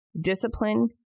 Discipline